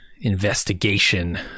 investigation